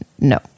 no